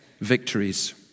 victories